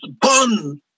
bun